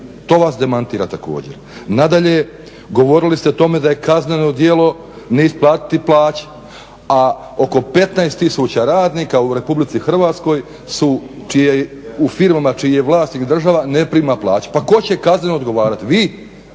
To vas demantira također. Nadalje, govorili ste o tome da je kazneno djelo ne isplatiti plaće a oko 15 tisuća radnika u RH u firmama čiji je vlasnik država ne prima plaću, pa tko će kazneno odgovarati,